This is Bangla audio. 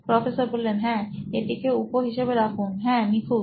প্রফেসর হ্যাঁ এটিকে উপ হিসাবে রাখুন হ্যাঁ নিখু ত